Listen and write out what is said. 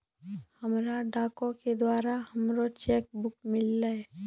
हमरा डाको के द्वारा हमरो चेक बुक मिललै